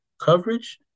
coverage